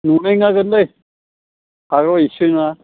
नुनाय नङागोनलै हाग्रायाव एरसोयो ना